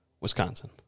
Wisconsin